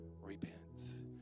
repents